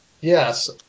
Yes